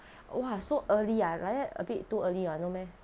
!wah! so early ah like that a bit too early [what] no meh